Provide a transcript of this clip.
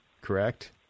correct